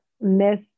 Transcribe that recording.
miss